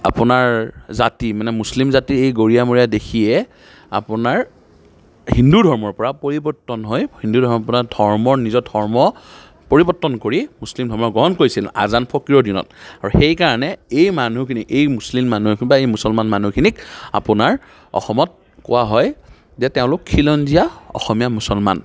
আপোনাৰ জাতি মানে মুছলিম জাতিৰ সেই গৰীয়া মৰীয়া দেশীয়ে আপোনাৰ হিন্দু ধৰ্মৰ পৰা পৰিৱৰ্তন হৈ হিন্দু ধৰ্মৰ পৰা ধৰ্ম নিজৰ ধৰ্ম পৰিৱৰ্তন কৰি মুছলিম ধৰ্ম গ্ৰহণ কৰিছিল আজান ফকিৰৰ দিনত আৰু সেই কাৰণে এই মানুহখিনিক এই মুছলিম মানুহখিনি বা এই মুছলমান মানুহখিনিক আপোনাৰ অসমত কোৱা হয় যে তেওঁলোক খিলঞ্জীয়া অসমীয়া মুছলমান